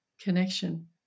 connection